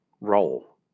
role